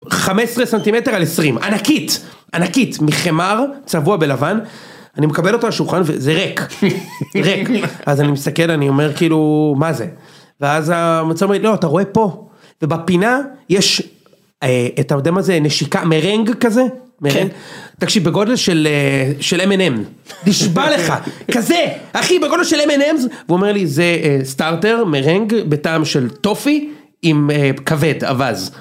15 סנטימטר על 20 ענקית ענקית מחמר צבוע בלבן אני מקבל אותו על השולחן וזה ריק אז אני מסתכל אני אומר כאילו... מה זה? ואז המצב לא אתה רואה פה בפינה יש את המדם הזה נשיקה מרנג כזה תקשיב בגודל של של m&m. כזה אחי בגודל של m&m הוא אומר לי זה סטארטר מרנג בטעם של טופי עם כבד אבאז.